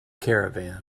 caravan